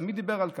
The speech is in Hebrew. מי דיבר על כך?